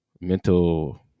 mental